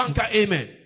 Amen